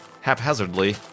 haphazardly